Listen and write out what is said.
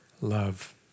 love